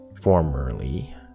Formerly